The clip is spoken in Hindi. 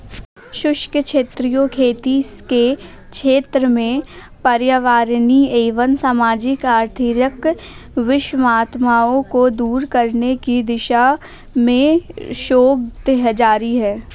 शुष्क क्षेत्रीय खेती के क्षेत्र में पर्यावरणीय एवं सामाजिक आर्थिक विषमताओं को दूर करने की दिशा में शोध जारी है